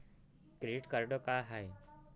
Credit card का हाय?